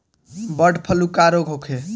Bird flu का रोग होखे?